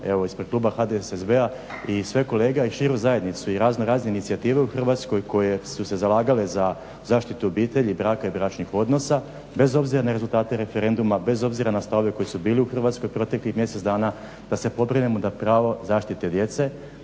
evo ispred kluba HDSSB-a i sve kolege i širu zajednicu i raznorazne inicijative u Hrvatskoj koje su se zalagale za zaštitu obitelji, braka i bračnih odnosa bez obzira na rezultate referenduma, bez obzira na stavove koji su bili u Hrvatskoj u proteklih mjesec dana da se pobrinemo da pravo zaštite djece,